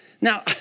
Now